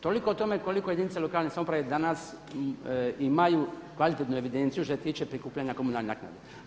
Toliko o tome koliko jedinice lokalne samouprave danas imaju kvalitetnu evidenciju što se tiče prikupljanja komunalnih naknada.